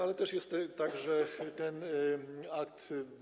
Ale też jest tak, że ten akt.